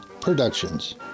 Productions